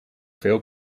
veel